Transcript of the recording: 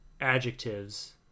adjectives